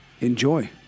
Enjoy